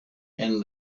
and